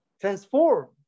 Transform